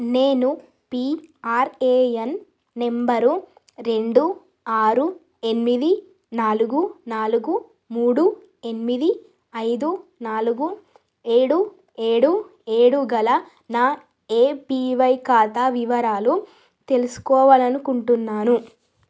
నేను PRAN number రెండూ ఆరు ఎనిమిది నాలుగు నాలుగు మూడు ఎనిమిది ఐదు నాలుగు ఏడు ఏడు ఏడు గల నా ఏపీవై ఖాతా వివరాలు తెలుసుకోవాలనుకుంటున్నాను